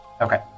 Okay